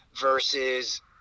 versus